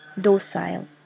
docile